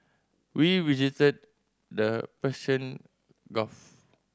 we visited the Persian Gulf